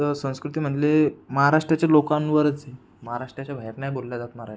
स संस्कृती म्हटले महाराष्ट्राच्या लोकांवरच महाराष्ट्राच्या बाहेर नाही बोललं जात मराठी